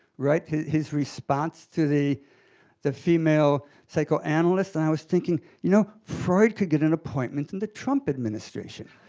right? his response to the the female psychoanalyst. and i was thinking, you know, freud could get an appointment in the trump administration.